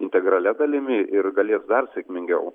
integralia dalimi ir galės dar sėkmingiau